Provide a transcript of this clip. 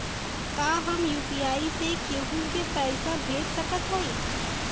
का हम यू.पी.आई से केहू के पैसा भेज सकत हई?